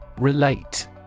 Relate